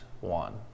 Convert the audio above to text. one